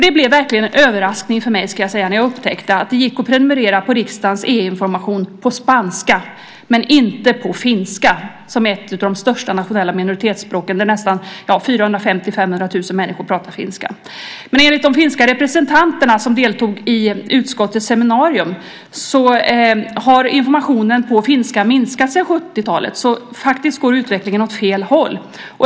Det blev verkligen en överraskning för mig när jag upptäckte att det gick att prenumerera på riksdagens EU-information på spanska men inte på finska, som är ett av de största nationella minoritetsspråken. Det är 450 000-500 000 människor som talar finska. Men enligt de finska representanterna som deltog i utskottets seminarium har informationen på finska minskat sedan 70-talet. Så utvecklingen går faktiskt åt fel håll.